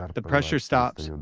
the pressure stops, and